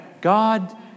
God